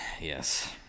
Yes